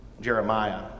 Jeremiah